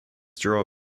draw